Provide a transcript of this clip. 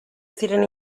ziren